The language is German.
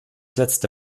letzte